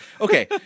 Okay